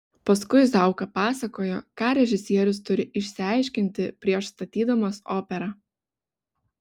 paskui zauka pasakojo ką režisierius turi išsiaiškinti prieš statydamas operą